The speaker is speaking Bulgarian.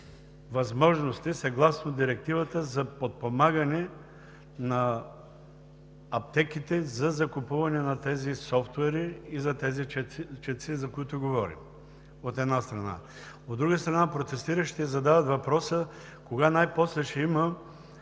възможности съгласно Директивата за подпомагане на аптеките за закупуване на тези софтуери и на тези четци, за които говорим? Това, от една страна. От друга страна, протестиращите задават въпроса: кога най-после ще има